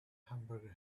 hamburger